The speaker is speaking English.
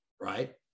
right